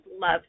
love